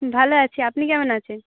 ভালো আছি আপনি কেমন আছেন